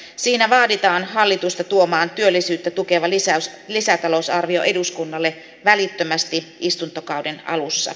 siinä vaaditaan hallitusta tuomaan työllisyyttä tukeva lisätalousarvio eduskunnalle välittömästi istuntokauden alussa